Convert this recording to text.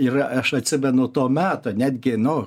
ir aš atsimenu to meto netgi no